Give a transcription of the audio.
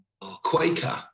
Quaker